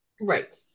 Right